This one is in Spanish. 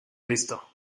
visto